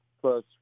plus